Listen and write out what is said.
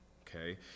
okay